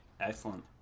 Excellent